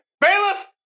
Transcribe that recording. bailiff